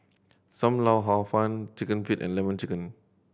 Sam Lau Hor Fun Chicken Feet and Lemon Chicken